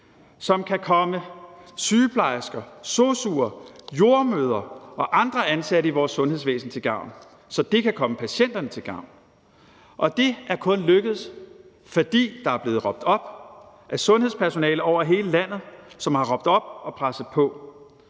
Den kan komme sygeplejersker, sosu'er, jordemødre og andre ansatte i vores sundhedsvæsen til gavn, så det kan komme patienterne til gavn. Det er kun lykkedes, fordi der er blevet råbt op af sundhedspersonale over hele landet. De har råbt op og presset på.